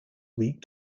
week